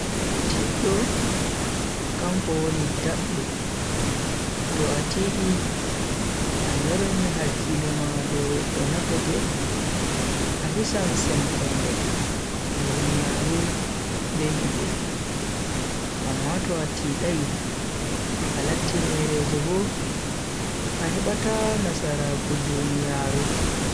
Tiddo kanko woni daddo. To a tiidi a lorni hakkilo ma dow ko nafete a hisan semtende duniyaaru be himbe, amma to a tidai a latti merejo bo, a hebata nasaraaku duniyaaru.